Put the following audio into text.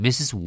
Mrs